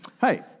Hi